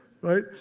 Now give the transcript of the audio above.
Right